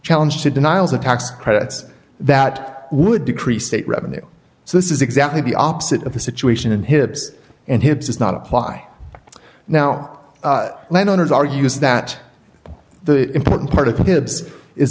challenge to denials of tax credits that would decrease state revenue so this is exactly the opposite of the situation in hips and his does not apply now landowners argues that the important part of the tips is